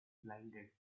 blinded